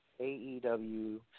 AEW